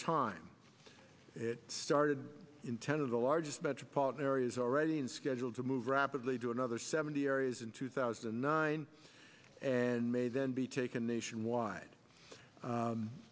time it started in ten of the largest metropolitan areas already and scheduled to move rapidly to another seventy areas in two thousand and nine and may then be taken nationwide